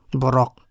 borok